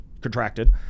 contracted